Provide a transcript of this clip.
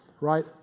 Right